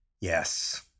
yes